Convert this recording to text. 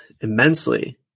immensely